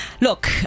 Look